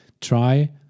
try